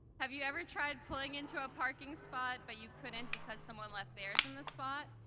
have you ever tried pulling into a parking spot, but you couldn't because someone left theirs in the spot,